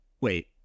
wait